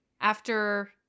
After-